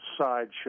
sideshow